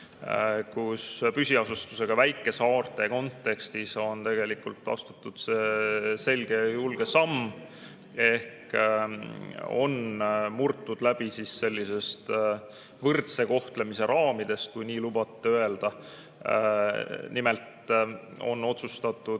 kui püsiasustusega väikesaarte kontekstis on astutud selge ja julge samm. Ehk on murtud läbi sellise võrdse kohtlemise raamidest, kui nii lubate öelda. Nimelt on otsustatud